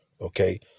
okay